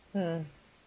mm